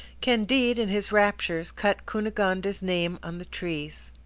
candide, in his raptures, cut cunegonde's name on the trees.